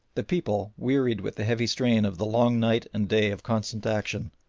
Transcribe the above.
the people, wearied with the heavy strain of the long night and day of constant action,